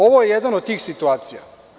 Ovo je jedna od tih situacija.